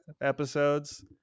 episodes